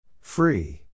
Free